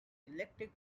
elected